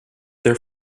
there